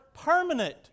permanent